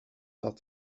that